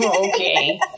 Okay